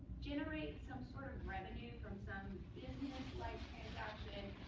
generate some sort of revenue from some yeah like